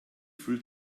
fühlt